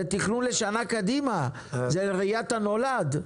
זה תכנון לשנה קדימה, זאת ראיית הנולד.